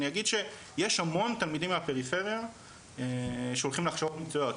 אני אגיד שיש המון תלמידים מהפריפריה שהולכים להכשרות מקצועיות,